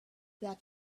that